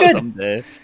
good